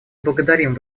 благодарим